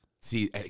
See